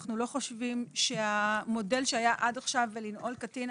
אנחנו לא חושבים שהמודל שהיה עד עכשיו ולנעול קטין,